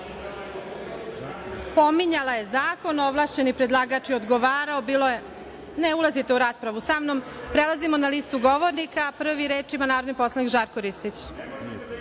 je zakon, ovlašćeni predlagač je odgovarao. Molim vas ne ulazite u raspravu sa mnom. Prelazimo na listu govornika. Prvi reč ima narodni poslanik Žarko Ristić.